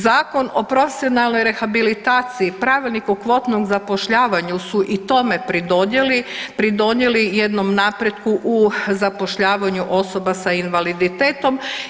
Zakon o profesionalnoj rehabilitaciji i Pravilnik o kvotnom zapošljavanju su i tome pridonijeli, pridonijeli jednom napretku u zapošljavanju osoba sa invaliditetom.